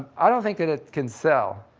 i don't think that it can sell.